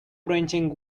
printing